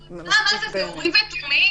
סליחה, מה זה, זה אורים ותומים?